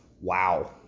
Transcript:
wow